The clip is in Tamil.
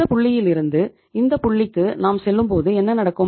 இந்த புள்ளியிலிருந்து இந்த புள்ளிக்கு நாம் செல்லும் பொது என்ன நடக்கும்